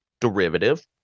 derivative